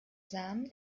samen